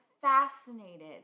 fascinated